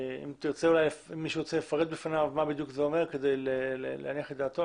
אם מישהו ירצה לפרט בפניו מה זה אומר כדי להניח את דעתו,